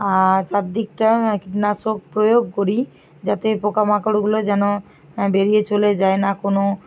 আর চারিদিকটা কীটনাশক প্রয়োগ করি যাতে পোকামাকড়গুলো যেন বেরিয়ে চলে যায় না কোনো